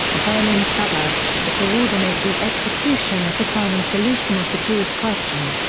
a berlin suburb, to coordinate the execution of the final solution of the jewish question.